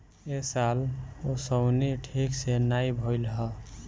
ए साल ओंसउनी ठीक से नाइ भइल हअ